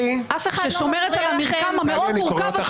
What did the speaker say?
ששומרת על המרקם המאוד מורכב,